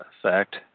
effect